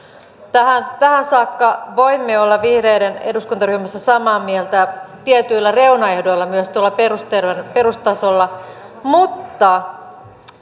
tähän tähän saakka voimme olla vihreiden eduskuntaryhmässä samaa mieltä tietyillä reunaehdoilla myös tuolla perustasolla mutta